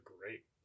great